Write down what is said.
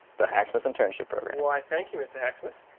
the hacksmith internship program. why thank you mr hacksmith